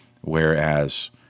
whereas